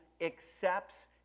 accepts